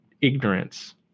ignorance